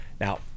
Now